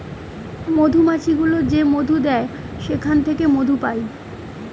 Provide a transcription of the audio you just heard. মধুমাছি গুলো যে মধু দেয় সেখান থেকে মধু পায়